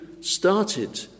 started